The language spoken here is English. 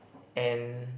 an